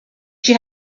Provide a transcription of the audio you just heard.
she